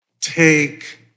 Take